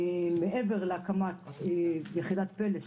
מעבר להקמת יחידת פלס,